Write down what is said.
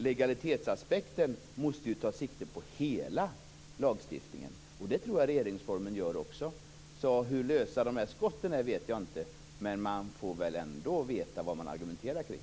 Legalitetsaspekten måste ta sikte på hela lagstiftningen. Det tror jag också regeringsformen gör. Hur lösa dessa skott är vet jag inte, men man får ändå veta vad man argumenterar kring.